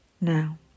Now